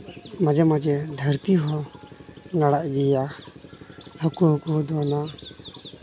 ᱢᱟᱡᱷᱮ ᱢᱟᱡᱷᱮ ᱫᱷᱟᱹᱨᱛᱤ ᱦᱚᱸ ᱞᱟᱲᱟᱜ ᱜᱮᱭᱟ ᱦᱟᱹᱠᱩ ᱦᱚᱠᱚ ᱫᱚᱱᱟ